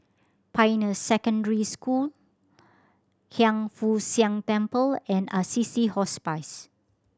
Pioneer Secondary School Hiang Foo Siang Temple and Assisi Hospice